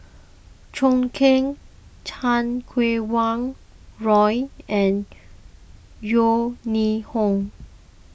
Zhou Can Chan Kum Wah Roy and Yeo Ning Hong